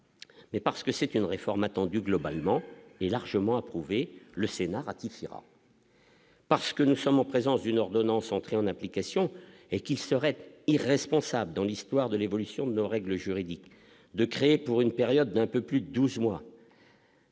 mais parce que c'est une réforme attendue globalement est largement approuvé le Sénat ratifiera. Parce que nous sommes en présence d'une ordonnance entrée en application et qu'il serait irresponsable dans l'histoire de l'évolution de nos règles juridiques de créer pour une période d'un peu plus de 12 mois.